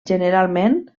generalment